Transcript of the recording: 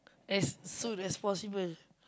as soon as possible